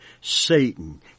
Satan